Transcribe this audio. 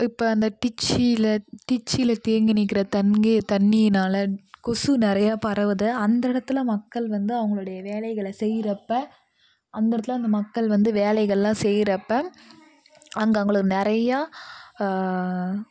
இப்போ அந்த டிச்சீல் டிச்சில் தேங்கி நிற்கிற தங்கி தண்ணினால் கொசு நிறைய பரவுது அந்த இடத்துல மக்கள் வந்து அவங்களுடைய வேலைகளை செய்கிறப்ப அந்த இடத்துல அந்த மக்கள் வந்து வேலைகள்லாம் செய்கிற அப்போ அங்கே அவங்களுக்கு நிறைய